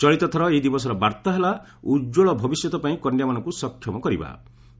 ଚଳିତଥର ଏହି ଦିବସର ବାର୍ତ୍ତା ହେଲା ଉଜ୍ଜଳ ଭବିଷ୍ୟତ ପାଇଁ କନ୍ୟାମାନଙ୍କୁ ସକ୍ଷମ କରିବା